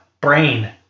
brain